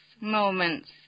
moments